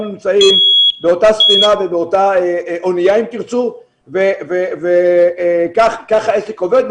נמצאים באותה ספינה ובאותה אנייה אם תרצי וכך העסק עובד.